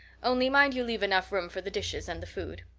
only mind you leave enough room for the dishes and the food.